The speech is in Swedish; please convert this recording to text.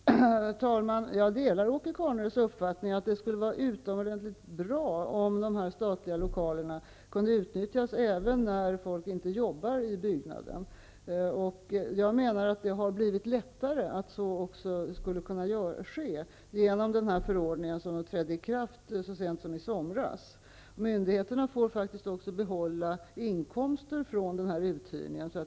Herr talman! Jag delar Åke Carnerös uppfattning att det skulle vara utomordentligt bra om de här statliga lokalerna kunde utnyttjas även när ordinarie arbetskraft inte arbetar i byggnaden. Detta har också blivit lättare att förverkliga tack vare den förordning som trädde i kraft så sent som i somras. Myndigheterna får faktiskt också behålla inkomsterna från uthyrningen.